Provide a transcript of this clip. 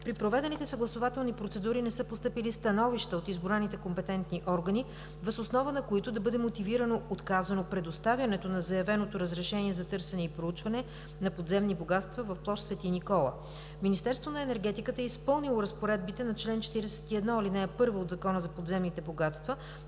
При проведените съгласувателни процедури не са постъпили становища от изброените компетентни органи, въз основа на които да бъде мотивирано отказано предоставянето на заявеното разрешение за търсене и проучване на подземни богатства в площ „Свети Никола“. Министерството на енергетиката е изпълнило разпоредбите на чл. 41, ал. 1 от Закона за подземните богатства,